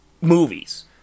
movies